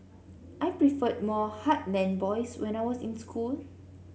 I preferred more heartland boys when I was in school